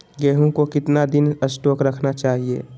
गेंहू को कितना दिन स्टोक रखना चाइए?